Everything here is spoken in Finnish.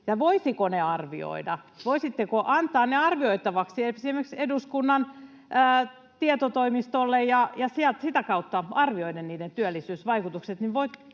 voisiko ne arvioida. Voisitteko antaa ne arvioitaviksi esimerkiksi eduskunnan tietotoimistolle ja sitä kautta arvioida niiden työllisyysvaikutukset,